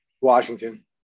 Washington